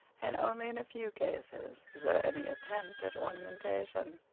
and only in a few cases is there any attempt at ornamentation.